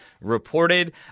reported